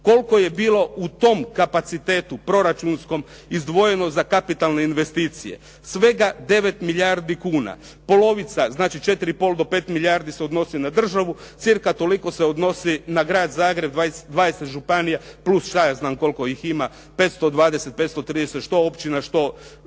Koliko je bilo u tom kapacitetu proračunskom izdvojeno za kapitalne investicije? Svega 9 milijardi kuna. Polovica, znači 4,5 do 5 milijardi se odnosi na državu, cirka toliko se odnosi na Grad Zagreb, 20 županija plus šta ja znam koliko ih ima 520, 530 što općina, što